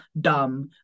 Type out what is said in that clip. dumb